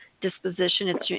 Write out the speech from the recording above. disposition